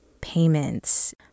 payments